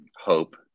hope